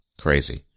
Crazy